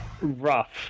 rough